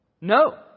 No